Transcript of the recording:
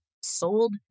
sold